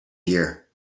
year